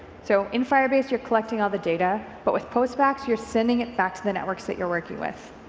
so in firebase you're cleking all the data but with postbacks you're sending it back to the network that you're working with.